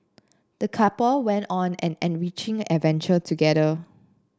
the couple went on an enriching adventure together